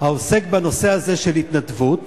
העוסק בנושא הזה של התנדבות